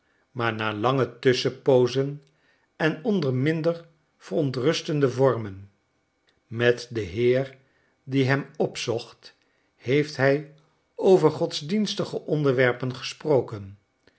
maar na lange tusschenpoozen en onder minder verontrustende vormen met den heer die hem opzocht heeft hij over godsdienstige onderwerpen gesproken